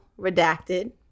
redacted